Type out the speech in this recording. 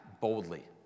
boldly